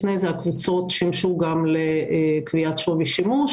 לפני כן הקבוצות שימשו גם לקביעת שווי שימוש,